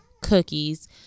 cookies